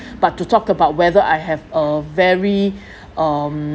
but to talk about whether I have a very um